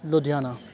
Ludhiana